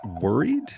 worried